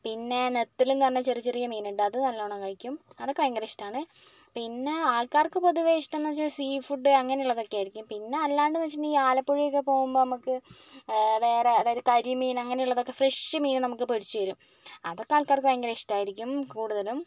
പിന്നെ നത്തലെന്നു പറഞ്ഞ ചെറിയ ചെറിയ മീനുണ്ട് അത് നല്ലോണം കഴിക്കും അതൊക്കെ ഭയങ്കര ഇഷ്ടമാണ് പിന്നെ ആൾക്കാർക്ക് പൊതുവേ ഇഷ്ടം എന്നു വച്ചാൽ സീ ഫുഡ് അങ്ങനെയുള്ളതൊക്കെ ആയിരിക്കും പിന്നെ അല്ലാണ്ടെന്നു വച്ചിട്ടുണ്ടെങ്കിൽ ആലപ്പുഴയൊക്കെ പോവുമ്പം നമുക്ക് വേറെ അതായത് കരിമീൻ അങ്ങനെയുള്ളതൊക്കെ ഫ്രഷ് മീൻ നമുക്ക് പൊരിച്ചുതരും അതൊക്കെ ആൾക്കാർക്ക് ഭയങ്കര ഇഷ്ടമായിരിക്കും കൂടുതലും